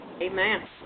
Amen